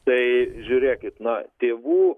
tai žiūrėkit na tėvų